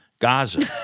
Gaza